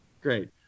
Great